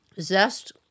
Zest